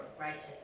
righteous